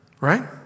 right